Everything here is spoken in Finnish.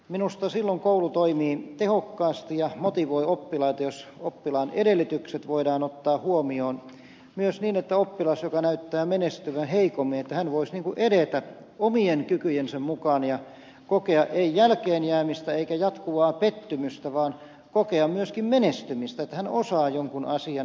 minusta silloin koulu toimii tehokkaasti ja motivoi oppilaita jos oppilaan edellytykset voidaan ottaa huomioon myös niin että oppilas joka näyttää menestyvän heikommin voisi niin kuin edetä omien kykyjensä mukaan ja kokea ei jälkeenjäämistä eikä jatkuvaa pettymystä vaan kokea myöskin menestymistä että hän osaa jonkun asian